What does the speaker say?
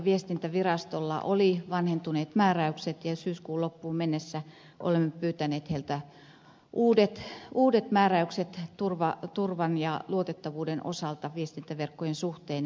viestintävirastolla oli vanhentuneet määräykset ja syyskuun loppuun mennessä olemme pyytäneet heiltä uudet määräykset turvan ja luotettavuuden osalta viestintäverkkojen suhteen